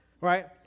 Right